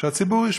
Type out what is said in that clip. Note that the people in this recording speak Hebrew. שהציבור ישפוט.